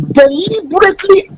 deliberately